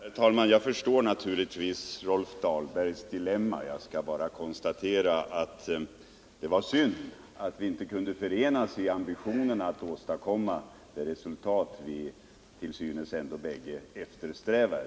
Herr talman! Jag förstår naturligtvis Rolf Dahlbergs dilemma. Jag skall bara konstatera att det var synd att vi inte kunde förenas i ambitionerna att åstadkomma det resultat som vi till synes ändå bägge eftersträvar.